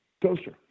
toaster